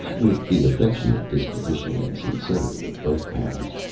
with the affectionate disposition and sincerity of both parents.